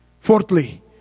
Fourthly